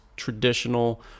traditional